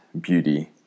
beauty